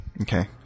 Okay